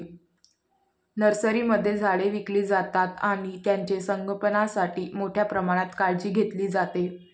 नर्सरीमध्ये झाडे विकली जातात आणि त्यांचे संगोपणासाठी मोठ्या प्रमाणात काळजी घेतली जाते